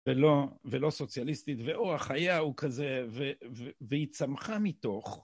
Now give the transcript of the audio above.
ולא סוציאליסטית, ואורח חייה הוא כזה, והיא צמחה מתוך.